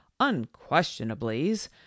unquestionablys